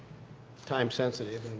time sensitive